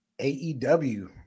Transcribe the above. AEW